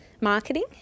Marketing